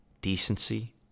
decency